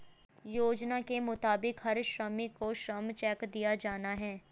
योजना के मुताबिक हर श्रमिक को श्रम चेक दिया जाना हैं